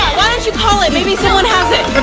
you call it. maybe someone has it.